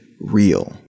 real